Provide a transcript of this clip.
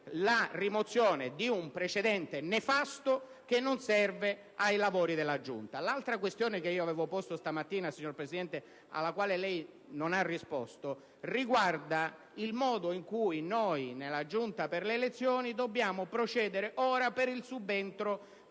la rimozione di un precedente nefasto, che non serve ai lavori della Giunta. L'altra questione che ho posto stamattina - alla quale lei, signor Presidente, non ha risposto - riguarda il modo in cui noi nella Giunta delle elezioni dobbiamo procedere per il subentro